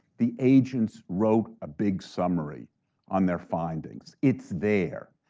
the agents wrote a big summary on their findings, it's there.